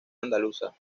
andaluza